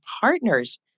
partners